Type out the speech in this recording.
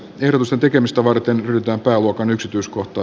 tervosen tekemistä varten ja pääluokan yksityiskohta